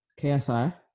KSI